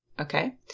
okay